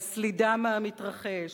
לסלידה מהמתרחש,